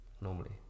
normally